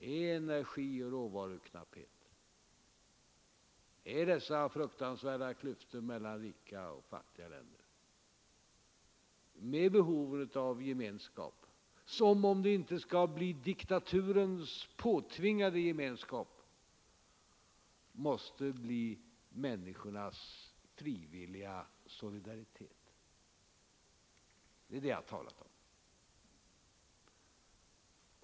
Det är energioch råvaruknapphet, det är dessa fruktansvärda klyftor mellan rika och fattiga länder, det är behoven av gemenskap som, om det inte skall bli diktaturens påtvingade gemenskap, måste bli människornas frivilliga solidaritet. Det är det jag har talat om.